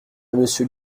monsieur